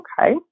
okay